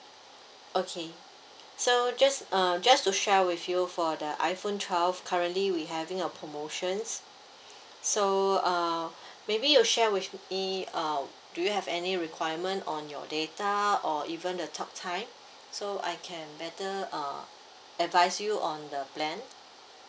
okay so just uh just to share with you for the iPhone twelve currently we having a promotions so uh maybe you share with me um do you have any requirement on your data or even the talk time so I can better uh advise you on the plan